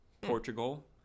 Portugal